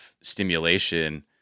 stimulation